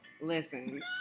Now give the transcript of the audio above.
Listen